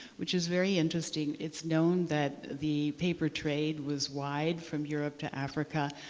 which is very interesting. it's known that the paper trade was wide from europe to africa.